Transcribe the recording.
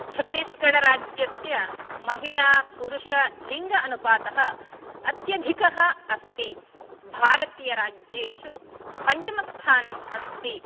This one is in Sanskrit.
छत्तीसगढराज्यस्य महिलापुरुषलिङ्ग अनुपातः अत्यधिकः अस्ति भारतीयराज्येषु पञ्चमस्थानम् अस्ति